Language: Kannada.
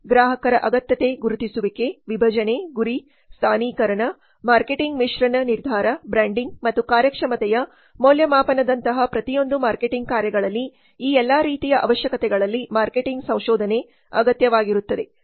ಗ್ರಾಹಕರ ಅಗತ್ಯತೆ ಗುರುತಿಸುವಿಕೆ ವಿಭಜನೆ ಗುರಿ ಸ್ಥಾನೀಕರಣ ಮಾರ್ಕೆಟಿಂಗ್ ಮಿಶ್ರಣ ನಿರ್ಧಾರ ಬ್ರ್ಯಾಂಡಿಂಗ್ ಮತ್ತು ಕಾರ್ಯಕ್ಷಮತೆಯ ಮೌಲ್ಯಮಾಪನದಂತಹ ಪ್ರತಿಯೊಂದು ಮಾರ್ಕೆಟಿಂಗ್ ಕಾರ್ಯಗಳಲ್ಲಿ ಈ ಎಲ್ಲಾ ರೀತಿಯ ಅವಶ್ಯಕತೆಗಳಲ್ಲಿ ಮಾರ್ಕೆಟಿಂಗ್ ಸಂಶೋಧನೆ ಅಗತ್ಯವಾಗಿರುತ್ತದೆ